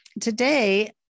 Today